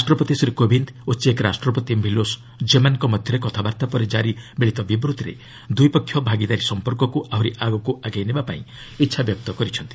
ରାଷ୍ଟ୍ରପତି ଶ୍ରୀ କୋବିନ୍ଦ ଓ ଚେକ୍ ରାଷ୍ଟ୍ରପତି ମିଲୋସ୍ ଜେମାନ୍ଙ୍କ ମଧ୍ୟରେ କଥାବାର୍ତ୍ତା ପରେ ଜାରି ମିଳିତ ବିବୃତ୍ତିରେ ଦୂଇପକ୍ଷ ଭାଗିଦାରୀ ସମ୍ପର୍କକୁ ଆହୁରି ଆଗକୁ ଆଗେଇ ନେବା ପାଇଁ ଇଚ୍ଛାବ୍ୟକ୍ତ କରିଛନ୍ତି